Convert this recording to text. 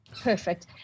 perfect